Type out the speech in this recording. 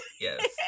Yes